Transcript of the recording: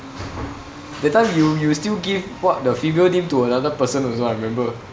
that time you you still give what the female name to another person also I remember